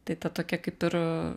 tai ta tokia kaip ir